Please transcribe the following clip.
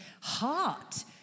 heart